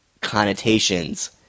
connotations